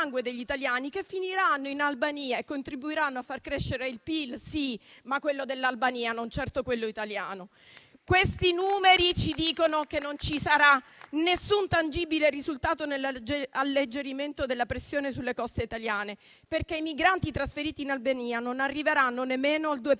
Questi numeri ci dicono che non ci sarà nessun tangibile risultato nell'alleggerimento della pressione sulle coste italiane, perché i migranti trasferiti in Albania non arriveranno nemmeno al 2